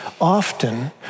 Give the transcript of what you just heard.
often